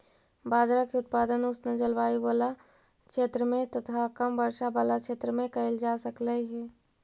बाजरा के उत्पादन उष्ण जलवायु बला क्षेत्र में तथा कम वर्षा बला क्षेत्र में कयल जा सकलई हे